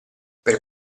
per